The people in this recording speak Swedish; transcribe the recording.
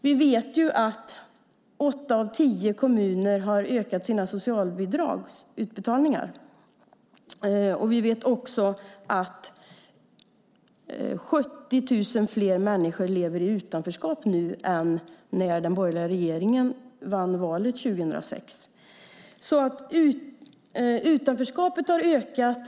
Vi vet att åtta av tio kommuner har ökat sina socialbidragsutbetalningar. Vi vet också att 70 000 fler människor lever i utanförskap nu än när den borgerliga regeringen vann valet 2006. Utanförskapet har ökat.